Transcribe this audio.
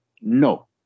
No